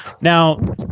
Now